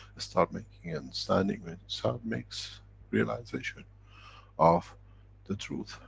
start making understanding when so makes realization of the truth,